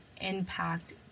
impact